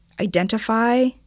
Identify